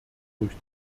durch